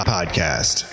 Podcast